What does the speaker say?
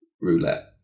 roulette